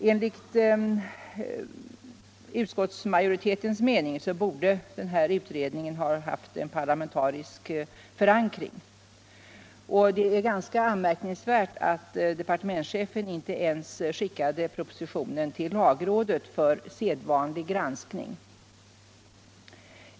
Enligt utskottsmajoritetens mening borde den här utredningen ha haft en parlamentarisk förankring. Det är också ganska anmärkningsvärt att departementschefen inte ens skickade propositionen till lagrådet för sedvanlig granskning.